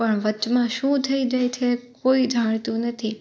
પણ વચમાં શું થઈ જાય છે કોઈ જાણતું નથી